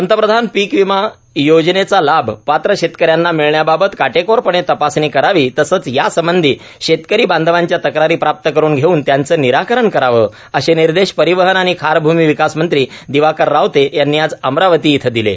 पंतप्रधान पीक विमा योजनेचा लाभ पात्र शेतक यांना मिळण्याबाबत काटेकोरपणे तपासणी करावी तसंच यासंबंधी शेतकरी बांधवांच्या तक्रारी प्राप्त करुन घेऊन त्यांचं निराकरण करावंए असे निर्देश परिवहन आणि खारभूमी विकास मंत्री दिवाकर रावते यांनी आज अमरावती इथं दिले